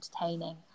entertaining